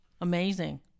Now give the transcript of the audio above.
Amazing